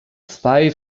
zwei